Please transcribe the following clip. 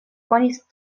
konis